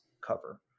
cover